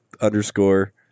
underscore